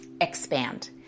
Expand